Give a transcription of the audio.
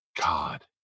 God